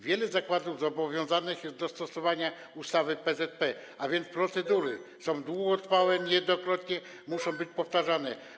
Wiele zakładów zobowiązanych jest do stosowania ustawy PZP, a więc procedury są długotrwałe, niejednokrotnie muszą być powtarzane.